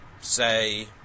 say